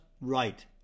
Right